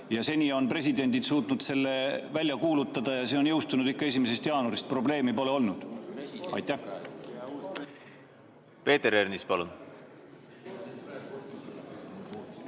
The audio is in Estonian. ja seni on presidendid suutnud selle välja kuulutada ja see on jõustunud ikka 1. jaanuaril. Probleemi pole olnud. Aitäh! Peeter Ernits, palun!